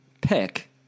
pick